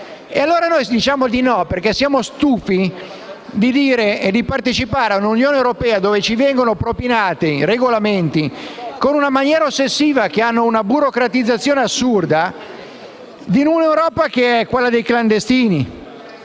E allora noi diciamo di no. Siamo stufi di partecipare a un'Unione europea in cui ci vengono propinati regolamenti in maniera ossessiva, che hanno una burocratizzazione assurda; un'Europa che è quella dei clandestini;